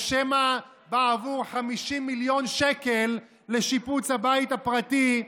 או שמא בעבור 50 מיליון שקל לשיפוץ הבית הפרטי,